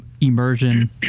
immersion